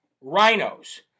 rhinos